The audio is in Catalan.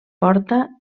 porta